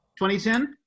2010